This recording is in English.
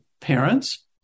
parents